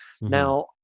now